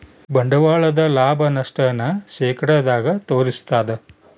ಬಂಡವಾಳದ ಲಾಭ, ನಷ್ಟ ನ ಶೇಕಡದಾಗ ತೋರಿಸ್ತಾದ